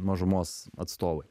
mažumos atstovai